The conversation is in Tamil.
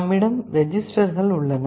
நம்மிடம் ரெஜிஸ்டர்கள் உள்ளன